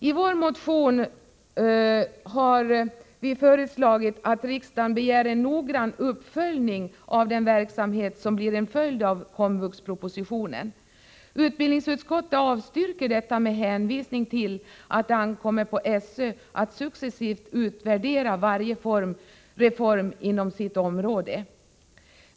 I vår motion har vi föreslagit att riksdagen skall begära en noggrann uppföljning av den verksamhet som blir en konsekvens av komvuxpropositionen. Utbildningsutskottet avstyrker vårt förslag med hänvisning till att det ankommer på SÖ att successivt utvärdera varje reform inom sitt område.